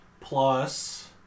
plus